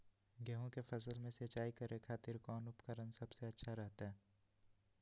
गेहूं के फसल में सिंचाई करे खातिर कौन उपकरण सबसे अच्छा रहतय?